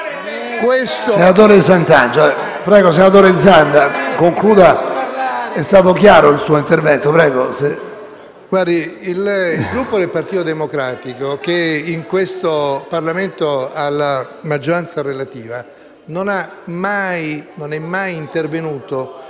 Il Gruppo Partito Democratico, che in questo Parlamento ha la maggioranza relativa, non è mai intervenuto